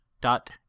dot